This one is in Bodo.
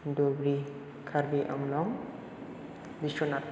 धुबुरि कार्बिआंलं बिस्वानाथ